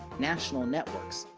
national networks,